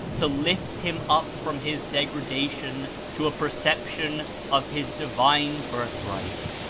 to lift him up from his degradation to a perception of his divine birthright.